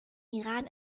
iran